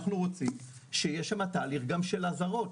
אנחנו רוצים שיהיה שם גם תהליך של אזהרות,